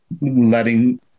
letting